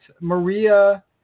Maria